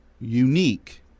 unique